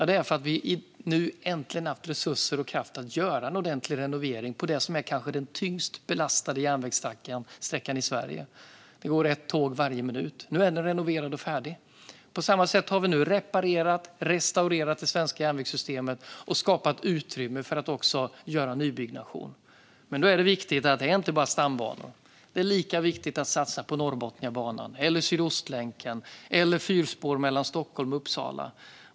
Det har äntligen funnits resurser och kraft för att göra en renovering av det som är den kanske tyngst belastade järnvägssträckan i Sverige. Där går ett tåg varje minut. Nu är den renoverad och färdig. På samma sätt har vi reparerat och restaurerat det svenska järnvägssystemet och skapat utrymme för nybyggnation. Men det är viktigt att det inte bara gäller stambanor. Det är lika viktigt att satsa på Norrbotniabanan, Sydostlänken eller fyrspår mellan Stockholm och Uppsala.